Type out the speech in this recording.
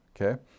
Okay